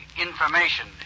information